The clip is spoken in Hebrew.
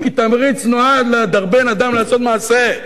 כי תמריץ נועד לדרבן אדם לעשות מעשה,